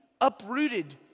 uprooted